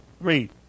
read